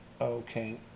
Okay